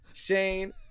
Shane